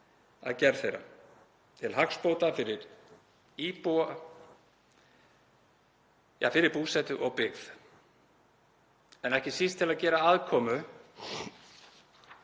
að gerð þeirra, til hagsbóta fyrir búsetu og byggð, en ekki síst til að gera aðkomu